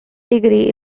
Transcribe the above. degree